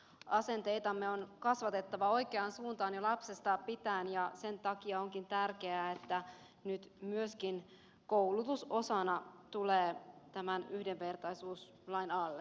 asenteitamme on kasvatettava oikeaan suuntaan jo lapsesta pitäen ja sen takia onkin tärkeää että nyt myöskin koulutus osana tulee tämän yhdenvertaisuuslain alle